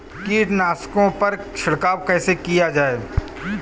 कीटनाशकों पर छिड़काव कैसे किया जाए?